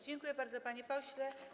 Dziękuję bardzo, panie pośle.